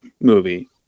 movie